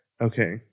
Okay